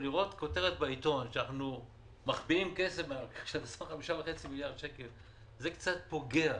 לראות כותרת בעיתון שאנחנו מחביאים כסף של 5.5 מיליארד שקל זה קצת פוגע.